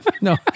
No